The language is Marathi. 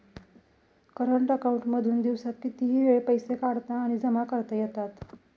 करंट अकांऊन मधून दिवसात कितीही वेळ पैसे काढता आणि जमा करता येतात